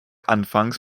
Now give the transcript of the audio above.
anfangs